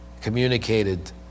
communicated